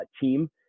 team